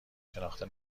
شناخته